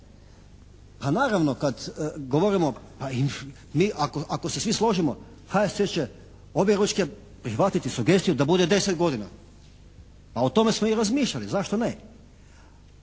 A naravno kad govorimo pa i mi ako se svi složimo HSS će objeručke prihvatiti sugestiju da bude 10 godina, a o tome smo i razmišljali, zašto ne,